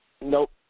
Nope